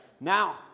Now